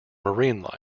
marine